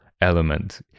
element